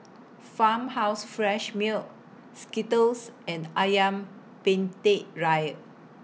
Farmhouse Fresh Milk Skittles and Ayam Penyet Ria